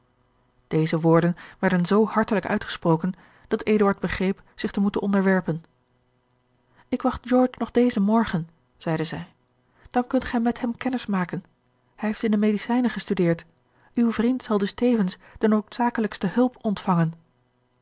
deze woorden werden zoo hartelijk uitgesproken dat eduard begreep zich te moeten onderwerpen ik wacht george nog dezen morgen zeide zij dan kunt gij met hem kennis maken hij heeft in de medicijnen gestudeerd uw vriend zal dus tevens de noodzakelijkste hulp ontvangen